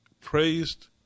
praised